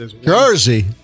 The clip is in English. Jersey